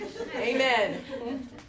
Amen